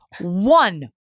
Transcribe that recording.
one